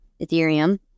Ethereum